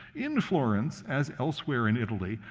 in florence, as elsewhere in italy,